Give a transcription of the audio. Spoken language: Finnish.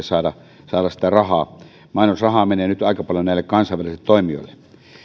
saada sitä rahaa ovat pienentyneet mainosrahaa menee nyt aika paljon näille kansainvälisille toimijoille